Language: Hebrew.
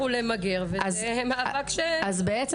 כי זה מתחיל כמו פטריות אחר הגשם --- אני רוצה לסיים בזה